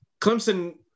Clemson